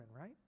right